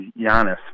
Giannis